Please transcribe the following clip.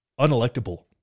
unelectable